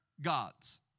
gods